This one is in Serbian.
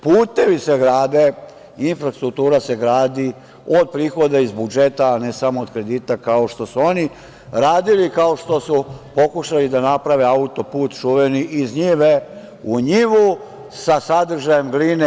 Putevi se grade, infrastruktura se gradi od prihoda iz budžeta, ne samo od kredita kao što su oni radili, kao što su pokušali da naprave autoput čuveni iz njive u njivu sa sadržajem gline.